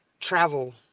travel